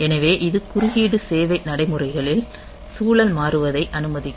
எனவே இது குறுக்கீடு சேவை நடைமுறைகளில் சூழல் மாறுவதை அனுமதிக்கும்